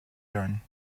learn